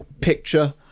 picture